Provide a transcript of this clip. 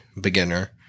beginner